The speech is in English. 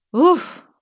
Oof